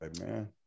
Amen